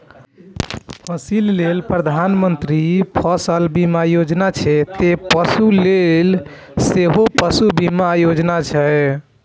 फसिल लेल प्रधानमंत्री फसल बीमा योजना छै, ते पशु लेल सेहो पशु बीमा योजना छै